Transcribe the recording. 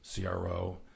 CRO